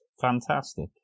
fantastic